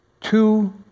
two